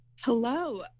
Hello